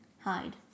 hide